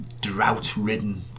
drought-ridden